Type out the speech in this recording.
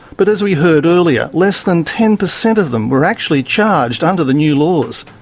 but as we heard earlier, less than ten percent of them were actually charged under the new laws.